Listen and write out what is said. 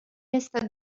este